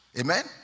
Amen